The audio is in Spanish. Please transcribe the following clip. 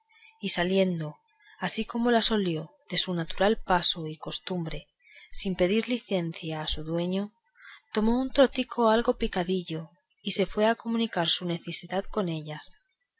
y saliendo así como las olió de su natural paso y costumbre sin pedir licencia a su dueño tomó un trotico algo picadillo y se fue a comunicar su necesidad con ellas